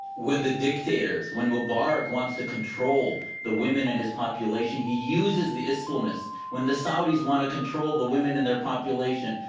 when the dictator, when mubarak wants to control the women in his population, he uses the islamists. when the saudis want to control the women in their population,